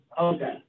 Okay